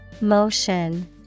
Motion